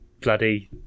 bloody